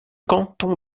canton